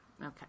Okay